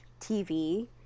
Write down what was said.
TV